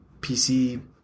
PC